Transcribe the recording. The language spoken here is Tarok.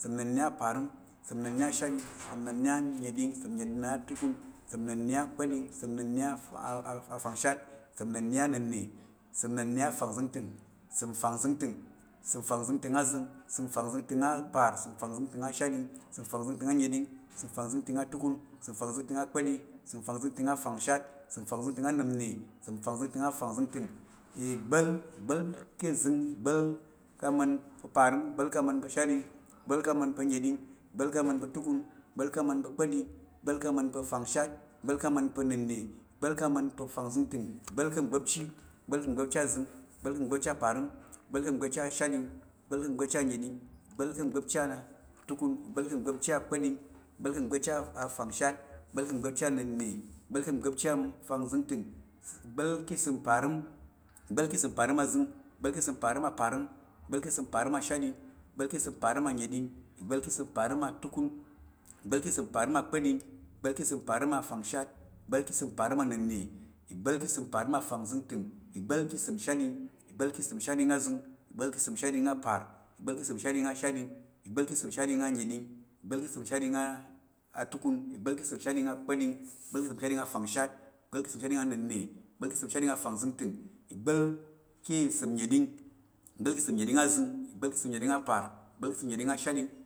Ìsəm nnənna̱ aparəm, ìsəm nnənna̱ ashatɗing, ìsəm nnənna̱ anəɗing. Ìsəm nnənna̱ atukun, ìsəm nnənna̱ akpa̱ɗing, ìsəm nnənna̱ a afangshat, ìsəm nnənna̱ anənna̱, ìsəm nnənna̱ afangzəngtəng. Ìsəm afangzəngtəng, səm fangzəngtəng azəng, səm fangzəngtəng apar səm fangzəngtəng ashat, səm fangzəngtəng annəɗing. səm fangzəngtəng atukun, səm fangzəngtəng akpa̱ɗing, səm fangzəngtəng afangshat, səm fangzəngtəng annəna̱, səm fangzəngtəng afangzəngtəng, ìgbá̱l pa̱ ìzəng, ìgbá̱l pa̱̱ uzəng ku uzəng, ìgbá̱l pa̱̱ izəng ku uparəm, ìgbá̱l pa̱̱ ̱izəng ku ushatɗing. ìgbá̱l pa̱̱ izəng ku unnəɗing, ìgbá̱l pa̱̱ izəng ku utukun, ìgbá̱l pa̱̱ izəng ku kpa̱ɗing, ìgbá̱l pa̱̱ izəng kuufangshat, ìgbá̱l pa̱̱ izəng ku unnəna̱, ìgbá̱l pa̱̱ ufangzəngtəng, ìgbá̱l pa̱̱ izəng ku ugba̱pchi. ìgbá̱l pa̱̱ ugba̱pchi azəng, ìgbá̱l pa̱̱ izəng ku ugba̱pchi aparəm. ìgbá̱l pa̱̱ izəng ku ugba̱pchi ashatɗing, ìgbá̱l pa̱̱ izəng ku ugba̱pchi annəɗing, ìgbá̱l pa̱̱ izəng ku ugba̱pchi atukun, ìgbá̱l pa̱̱ izəng kuugba̱pchi kpa̱ɗing, ìgbá̱l ku̱ izəng ku ugba̱pchi afangshat. ìgbá̱l ku izəng ku ugba̱pchi anna̱nə, ìgbá̱l ku izəng ku ugba̱pchi afangzəntəng, ìgba̱l ki ìsəm parəm, ìgba̱l ku ìsəm pa̱rem azəng. ìgba̱l ki ìsəm parəm aparəm, ìgbá̱l ka̱ ìsəm parəm ashatɗing. ìgbá̱l ka̱ ìsəm parəm anəɗing, ìgbá̱l ka̱ ìsəm parəm atukun, ìgbá̱l ka̱ ìsəm parəm akpa̱ɗing, ìgbá̱l ka̱ ìsəm parəm afangshat, ìgbá̱l ka̱ ìsəm parəm anənna̱, ìgbá̱l ka̱ ìsəm parəm afangzəngtəng, ìgbá̱l ka̱ ìsəm shatɗing, ìgbá̱l ka̱ ìsəm shatɗing azəng, ìgbá̱l ka̱ ìsəm shatɗing apar, ìgbá̱l ka̱ ìsəm shatɗing ashaɗing, ìgbá̱l ka̱ ìsəm shatɗing annəɗing, ìgbá̱l ka̱ ìsəm shatɗing tukun, ìgbá̱l ka̱ ìsəm shatɗing akpa̱ɗing, ìgbá̱l ka̱ ìsəm shatɗing afangshat, ìgbá̱l ka̱ ìsəm shatɗing anənna̱, ìgbá̱l ka̱ ìsəm shatɗing afangzəngtəng ìgbá̱l ka̱ ìsəm nnəɗing, ìgbá̱l ka̱ ìsəm nnəɗing azəng, ìgbá̱l ka̱ ìsəm nnəɗing apar, ìgbá̱l ka̱ ìsəm nnəɗing ashaɗing, ̱